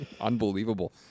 unbelievable